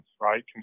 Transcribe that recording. right